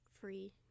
Free